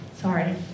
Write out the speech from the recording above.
Sorry